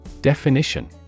Definition